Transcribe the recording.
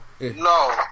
no